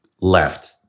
left